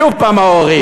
שוב פעם ההורים.